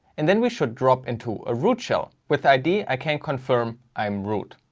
and then we should drop into a root shell. with id i can confirm i um root.